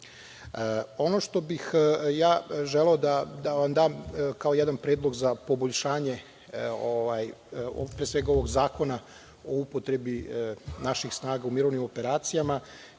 što bih ja želeo da vam dam kao jedan predlog za poboljšanje ovog zakona o upotrebi naših snaga u mirovnim operacijama,